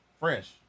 Fresh